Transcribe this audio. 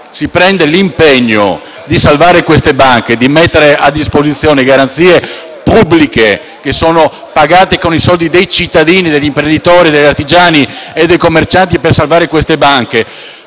si prende l'impegno di salvare le banche e di mettere a disposizione garanzie pubbliche, che sono pagate con i soldi dei cittadini, degli imprenditori, degli artigiani e dei commercianti, perché allora è estraneo